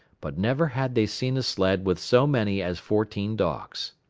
but never had they seen a sled with so many as fourteen dogs.